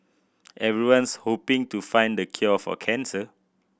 everyone's hoping to find the cure for cancer